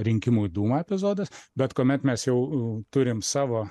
rinkimų į dūmą epizodas bet kuomet mes jau turim savo